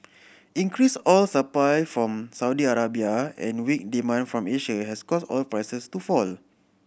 increased oil supply from Saudi Arabia and weak demand from Asia has caused oil prices to fall